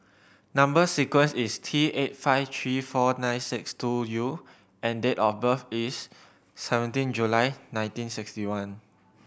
number sequence is T eight five three four nine six two U and date of birth is seventeen July nineteen sixty one